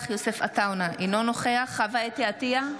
נוכח יוסף עטאונה, אינו נוכח חוה אתי עטייה,